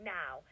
now